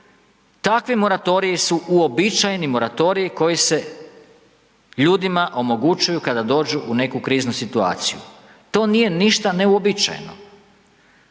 takvi moratoriji su uobičajeni moratorij koji se ljudima omogućuje kada dođu u neku kriznu situaciju. To nije ništa neuobičajeno.